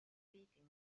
speaking